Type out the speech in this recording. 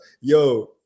Yo